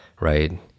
right